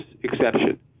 exception